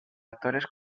actores